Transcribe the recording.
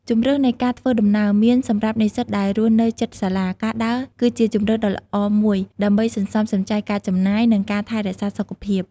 ជម្រើសនៃការធ្វើដំណើរ មាន សម្រាប់និស្សិតដែលរស់នៅជិតសាលា ការដើរគឺជាជម្រើសដ៏ល្អមួយដើម្បីសន្សំសំចៃការចំណាយ និងការថែរក្សាសុខភាព។